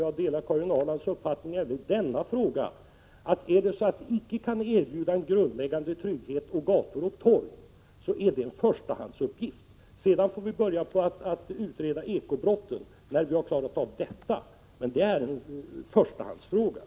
Jag delar Karin Ahrlands uppfattning även i den frågan: Kan vi icke erbjuda en grundläggande trygghet på gator och torg är det en förstahandsuppgift att åstadkomma det. Ekobrotten kan vi börja utreda när vi har klarat av den.